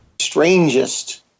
strangest